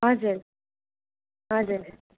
हजुर हजुर